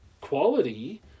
quality